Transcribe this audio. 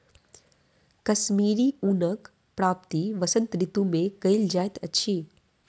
कश्मीरी ऊनक प्राप्ति वसंत ऋतू मे कयल जाइत अछि